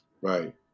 Right